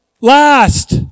last